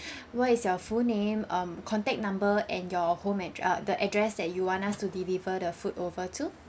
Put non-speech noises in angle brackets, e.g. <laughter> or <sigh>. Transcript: <breath> what is your full name um contact number and your home addre~ uh the address that you want us to deliver the food over to